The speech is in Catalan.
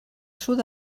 sud